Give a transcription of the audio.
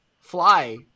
fly